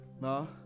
No